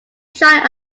chart